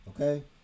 okay